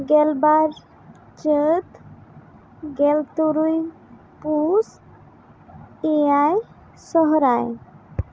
ᱜᱮᱞᱵᱟᱨ ᱪᱟ ᱛ ᱜᱮᱞ ᱛᱩᱨᱩᱭ ᱯᱩᱥ ᱮᱭᱟᱭ ᱥᱚᱨᱦᱟᱭ